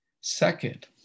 Second